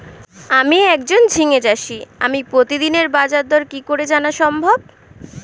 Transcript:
আমি একজন ঝিঙে চাষী আমি প্রতিদিনের বাজারদর কি করে জানা সম্ভব?